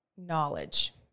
knowledge